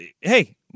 hey